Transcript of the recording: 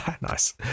Nice